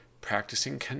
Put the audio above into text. Practicing